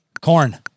Corn